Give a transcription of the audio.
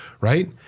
Right